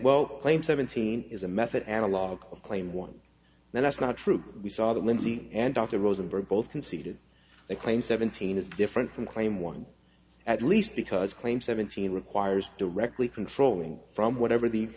well claim seventeen is a method analogue of claim one that's not true we saw that lindsey and arthur rosenberg both conceded a claim seventeen is different from claim one at least because claim seventeen requires directly controlling from whatever the